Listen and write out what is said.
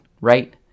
right